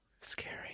scary